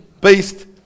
beast